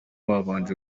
babanje